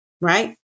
right